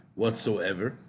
whatsoever